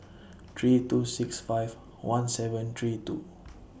three two six five one seven three two